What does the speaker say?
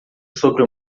sobre